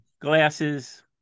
Glasses